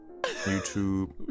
YouTube